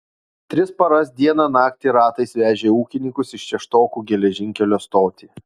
tris paras dieną naktį ratais vežė ūkininkus į šeštokų geležinkelio stotį